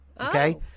Okay